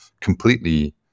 completely